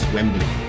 Wembley